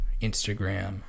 instagram